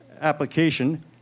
Application